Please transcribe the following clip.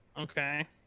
Okay